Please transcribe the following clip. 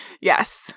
Yes